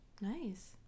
Nice